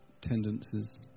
tendencies